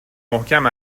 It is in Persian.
محکم